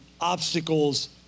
obstacles